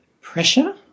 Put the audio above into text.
pressure